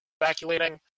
evacuating